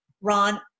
Ron